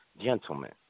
gentlemen